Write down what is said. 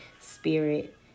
spirit